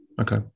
Okay